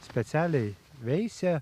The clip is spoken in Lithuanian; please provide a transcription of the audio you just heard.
specialiai veisia